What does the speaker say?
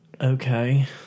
Okay